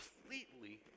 completely